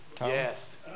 Yes